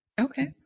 Okay